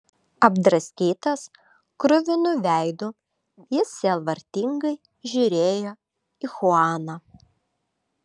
apdraskytas kruvinu veidu jis sielvartingai žiūrėjo į chuaną